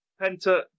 Penta